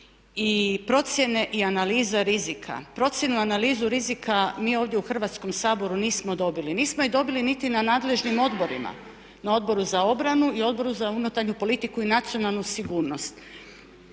i procjene i analiza rizika. Procjenu analize rizika mi ovdje u Hrvatskom saboru nismo dobili. Nismo je dobili niti na nadležnim odborima, na Odboru za obranu i Odboru za unutarnju politiku i nacionalnu sigurnost.